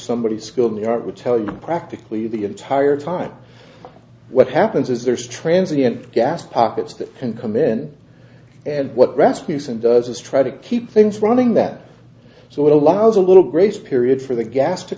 somebody skilled the art which tell you practically the entire time what happens is there's transients gas pockets that can come in and what rescues and does is try to keep things running that so it allows a little grace period for the gas to